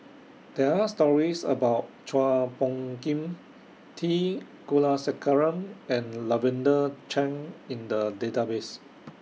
There Are stories about Chua Phung Kim T Kulasekaram and Lavender Chang in The Database